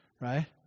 right